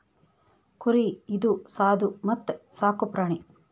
ಕುರಿ ಇದು ಸಾದು ಮತ್ತ ಸಾಕು ಪ್ರಾಣಿ